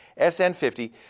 SN50